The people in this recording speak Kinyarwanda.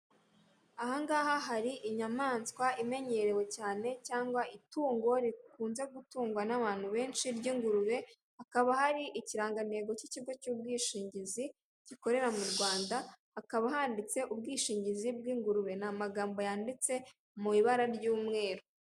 Aha ngaha hari inyamaswa imenyerewe cyane cyangwa itungo rikunze gutungwa n'abantu benshi ry'ingurube, hakaba hari ikirangantego cy'ikigo cy'ubwishingizi gikorera mu Rwanda, hakaba handitse ubwishingizi bw'ingurube, ni amagambo yanditse mu ibara ry'umweru.